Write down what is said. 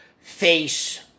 face